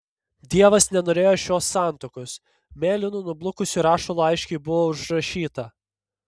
dievas nenorėjo šios santuokos mėlynu nublukusiu rašalu aiškiai buvo užrašyta